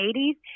80s